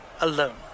alone